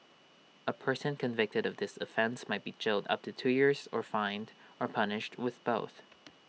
A person convicted of this offence may be jailed up to two years or fined or punished with both